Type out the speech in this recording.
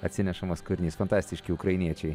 atsinešamas kūrinys fantastiški ukrainiečiai